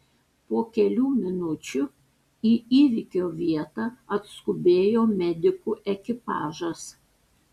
po kelių minučių į įvykio vietą atskubėjo medikų ekipažas